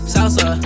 Salsa